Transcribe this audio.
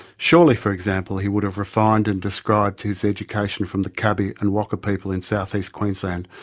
surely for example he would have refined and described his education from the kabi and wakka people in south-east queensland,